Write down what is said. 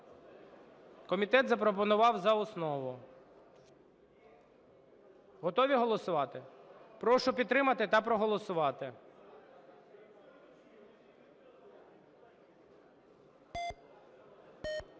Комітет запропонував за основу. Готові голосувати? Прошу підтримати та проголосувати.